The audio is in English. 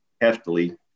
heftily